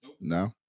No